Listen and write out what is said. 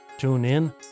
TuneIn